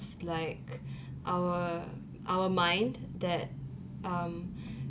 like our our mind that um